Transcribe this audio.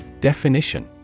Definition